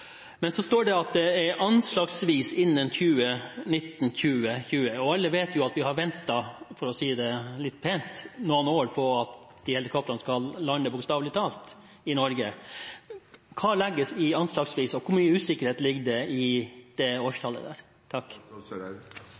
men så står det «anslagsvis innen 2019–2020». Alle vet at vi har ventet – for å si det litt pent – i noen år på at de helikoptrene skal lande i Norge, bokstavelig talt. Hva legges i «anslagsvis», og hvor mye usikkerhet ligger det i det årstallet?